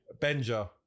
Benja